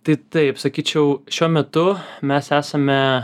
tai taip sakyčiau šiuo metu mes esame